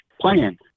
plan